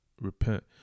repent